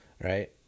right